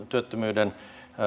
työttömyyden